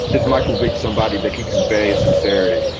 is michael vick somebody that can convey sincerity,